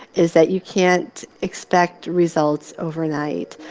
is that you can't expect results overnight.